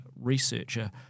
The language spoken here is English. Researcher